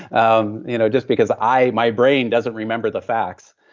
um you know just because i, my brain doesn't remember the facts.